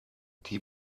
die